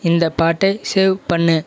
இந்த பாட்டை சேவ் பண்ணு